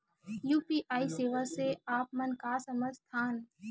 UPI सेवा से आप मन का समझ थान?